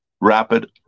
Rapid